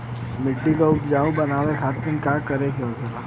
मिट्टी की उपजाऊ बनाने के खातिर का करके होखेला?